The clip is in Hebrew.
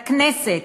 לכנסת,